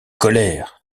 colère